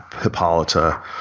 Hippolyta